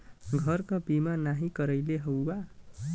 घर क बीमा नाही करइले हउवा